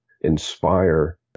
inspire